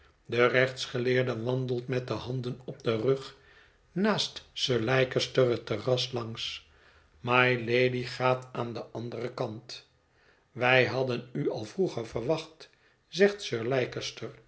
de rechtsgeleerde wandelt met de handen op den rug naast sir leicester het terras langs mylady gaat aan den anderen kant wij haddon u al vroeger verwacht zegt sir